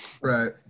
right